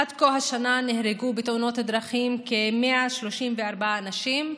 עד כה השנה נהרגו בתאונות דרכים כ-134 אנשים,